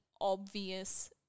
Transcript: obvious